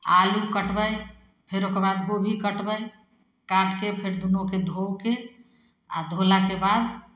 आलू काटबै फेर ओकर बाद गोभी काटबै काटिके फेर दुनूके धो के आओर धोलाके बाद